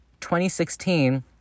2016